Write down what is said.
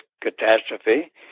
catastrophe